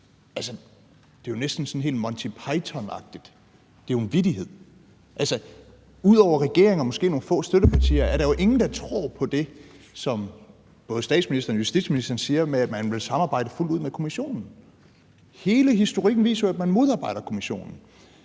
Det er jo næsten helt Monty Python-agtigt, det er jo en vittighed. Ud over regeringen og måske nogle få støttepartier er der jo ingen, der tror på det, som både statsministeren og justitsministeren siger med, at man vil samarbejde fuldt ud med kommissionen. Hele historikken viser jo, at man modarbejder kommissionen.